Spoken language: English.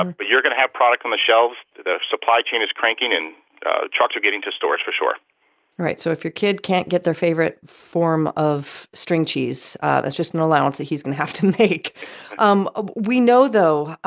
um but you're going to have product on the shelves. the supply chain is cranking, and trucks are getting to stores, for sure all right. so if your kid can't get their favorite form of string cheese, that's just an allowance that he's going to have to make um ah we know, though,